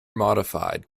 modified